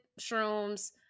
shrooms